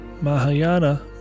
Mahayana